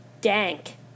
dank